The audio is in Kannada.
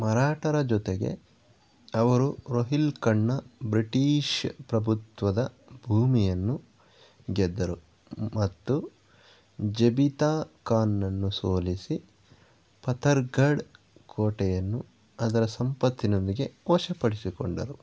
ಮರಾಠರ ಜೊತೆಗೆ ಅವರು ರೋಹಿಲ್ಖಂಡ್ನ ಬ್ರಿಟೀಷ್ ಪ್ರಭುತ್ವದ ಭೂಮಿಯನ್ನು ಗೆದ್ದರು ಮತ್ತು ಜಬಿತಾ ಖಾನ್ನನ್ನು ಸೋಲಿಸಿ ಪತರ್ಗಢ್ ಕೋಟೆಯನ್ನು ಅದರ ಸಂಪತ್ತಿನೊಂದಿಗೆ ವಶಪಡಿಸಿಕೊಂಡರು